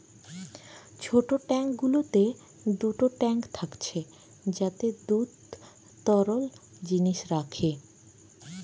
ছোট ট্যাঙ্ক গুলোতে দুটো ট্যাঙ্ক থাকছে যাতে দুধ তরল জিনিস রাখে